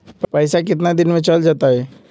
पैसा कितना दिन में चल जतई?